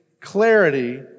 clarity